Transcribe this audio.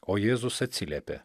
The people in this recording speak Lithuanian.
o jėzus atsiliepė